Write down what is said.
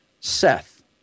Seth